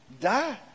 die